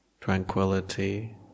tranquility